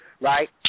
right